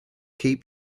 keep